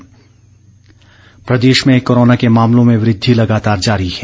Himachal corona Pradesh में corona के मामलों में वृद्धि लगातार जारी है